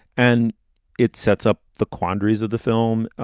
and it sets up the quandaries of the film,